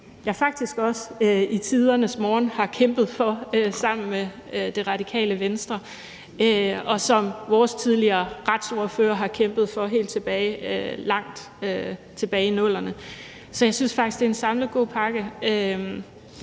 jeg faktisk også i tidernes morgen har kæmpet for sammen med Radikale Venstre, og som vores tidligere retsordfører har kæmpet for langt tilbage i 00'erne. Så jeg synes faktisk, at det er en samlet god pakke.